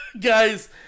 guys